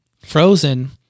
Frozen